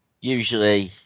Usually